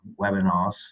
webinars